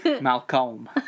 Malcolm